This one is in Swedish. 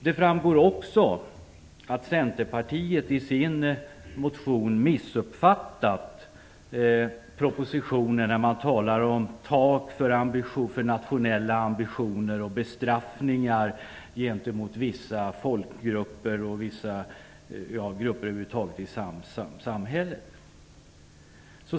Det framgår också av Centerpartiets motion att de har missuppfattat propositionen när de talar om tak för nationella ambitioner och bestraffningar gentemot vissa grupper i samhället.